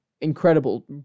incredible